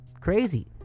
Crazy